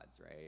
right